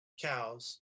cows